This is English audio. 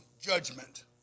judgment